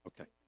Okay